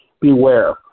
beware